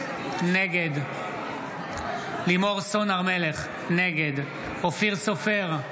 נגד לימור סון הר מלך, נגד אופיר סופר,